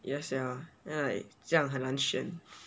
ya sia then like 这样很难选